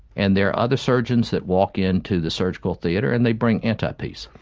and there are other surgeons that walk into the surgical theatre and they bring anti-peace.